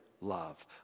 love